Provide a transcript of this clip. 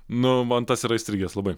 nu man tas yra įstrigęs labai